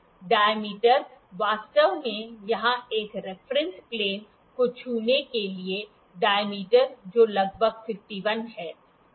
diameter वास्तव में यहां एक रेफरंस प्लेन को छूने के लिए है डायमीटर जो लगभग 51 है